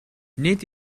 nid